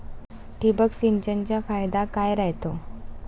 ठिबक सिंचनचा फायदा काय राह्यतो?